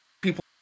people